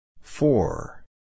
Four